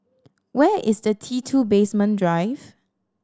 where is the T Two Basement Drive